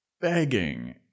begging